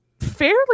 fairly